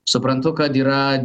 suprantu kad yra